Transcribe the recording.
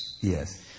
yes